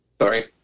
sorry